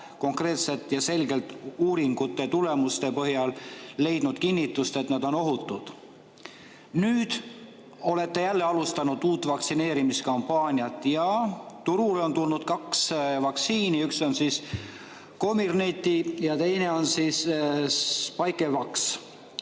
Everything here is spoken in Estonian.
konkreetselt ja selgelt uuringute tulemuste põhjal leidnud kinnitust, et nad on ohutud. Nüüd olete jälle alustanud uut vaktsineerimiskampaaniat. Turule on tulnud kaks vaktsiini, üks on Comirnaty ja teine on Spikevax.